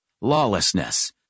lawlessness